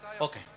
Okay